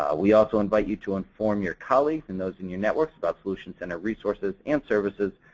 um we also invite you to inform your colleagues and those in your networks about solutions center resources and services,